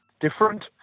different